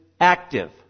active